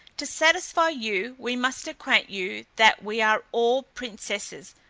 to satisfy you, we must acquaint you that we are all princesses,